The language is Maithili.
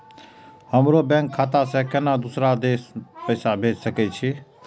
हमरो अपने बैंक खाता से केना दुसरा देश पैसा भेज सके छी?